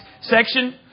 section